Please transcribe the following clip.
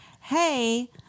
hey